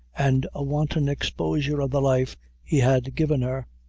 and a wanton exposure of the life he had given her.